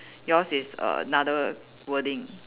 yours is another wording